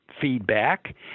feedback